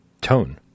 tone